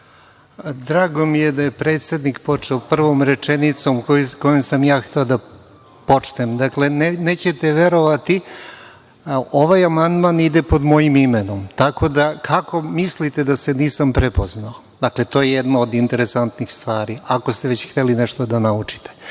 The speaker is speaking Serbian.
Drago mi je da je predsednik počeo prvom rečenicom kojom sam ja hteo da počnem. Nećete verovati, ovaj amandman ide pod mojim imenom. Kako mislite da se nisam prepoznao? To je jedno od interesantnih stvari, ako ste već hteli nešto da naučite. Kada